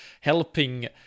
helping